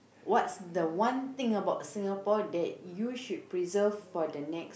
what the one thing about Singapore that you should preserve for the next